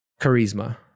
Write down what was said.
charisma